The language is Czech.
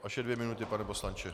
Vaše dvě minuty, pane poslanče.